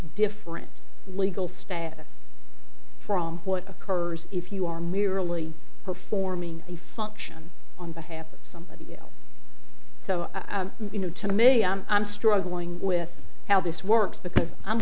different legal status from what occurs if you are merely performing a function on behalf of somebody else so you know to me i'm struggling with how this works because i'm